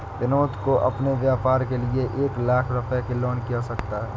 विनोद को अपने व्यापार के लिए एक लाख रूपए के लोन की आवश्यकता है